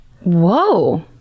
Whoa